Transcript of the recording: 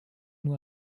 nur